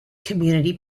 community